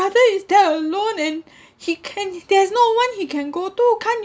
brother is there alone and he can there is no one he can go to can't you